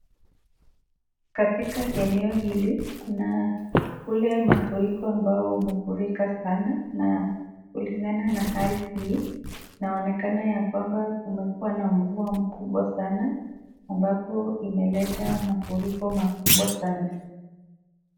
Katika eneo hili kuna kule mafuriko ambao imefurika sana na kulingana na hali hii inaonekana ya kwamba kumekuwa na mvua mkubwa sana ambapo imeleta mafuriko makubwa sana.